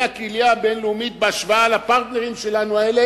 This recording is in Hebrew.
הקהילייה הבין-לאומית בהשוואה לפרטנרים האלה שלנו,